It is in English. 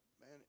man